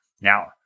Now